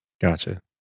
Gotcha